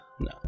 No